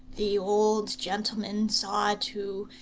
the old gentleman saw, too,